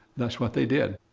that's what they did.